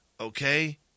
Okay